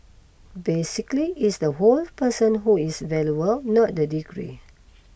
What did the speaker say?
basically it's the whole person who is valuable not the degree